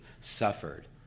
suffered